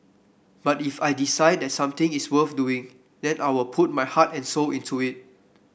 but if I decide that something is worth doing then I'll put my heart and soul into it